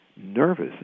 nervous